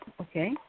Okay